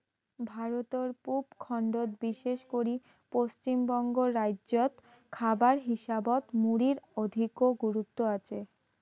ভারতর পুব খণ্ডত বিশেষ করি পশ্চিমবঙ্গ রাইজ্যত খাবার হিসাবত মুড়ির অধিকো গুরুত্ব আচে